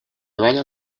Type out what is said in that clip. vaya